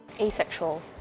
Asexual